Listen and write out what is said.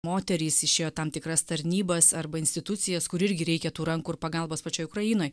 moterys išėjo tam tikras tarnybas arba institucijas kur irgi reikia tų rankų ir pagalbos pačioj ukrainoj